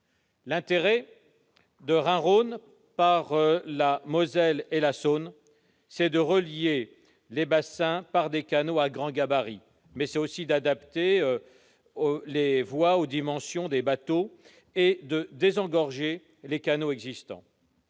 liaison Rhin-Rhône par la Moselle et la Saône dépasse le fait de relier les bassins par des canaux à grand gabarit. Il s'agit aussi d'adapter les voies aux dimensions des bateaux et de désengorger les canaux existants.